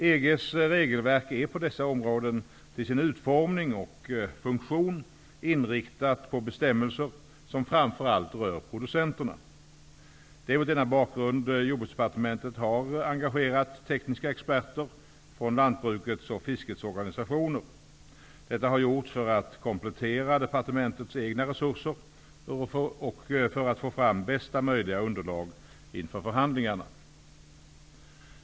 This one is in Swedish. EG:s regelverk är på dessa områden till sin utformning och funktion inriktat på bestämmelser som framför allt rör producenterna. Det är mot denna bakgrund Jordbruksdepartementet har engagerat tekniska experter från lantbrukets och fiskets organisationer. Detta har gjorts för att komplettera departementets egna resurser och för att få fram bästa möjliga underlag inför förhandlingarna.